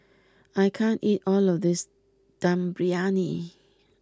I can't eat all of this Dum Briyani